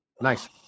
nice